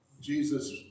Jesus